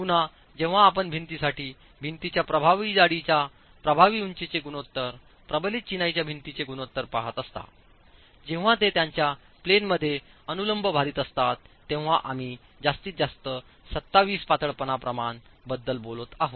पुन्हा जेव्हा आपण भिंतींसाठी भिंतींच्या प्रभावी जाडीच्या प्रभावी उंचीचे गुणोत्तर प्रबलित चिनाईच्या भिंतींचे गुणोत्तर पहात असता जेव्हा ते त्यांच्या प्लेन मध्ये अनुलंब भारित असतात तेव्हा आम्ही जास्तीत जास्त 27 पातळपणा प्रमाण बद्दल बोलत आहोत